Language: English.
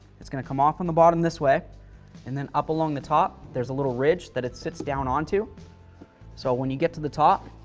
it's going to come off on the bottom this way and then up along the top, there's a little ridge that it sits down on to so when you get to the top,